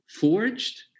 forged